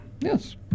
yes